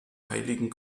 heiligen